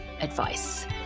advice